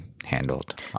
Handled